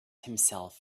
himself